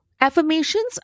affirmations